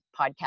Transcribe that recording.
podcast